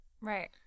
Right